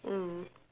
mm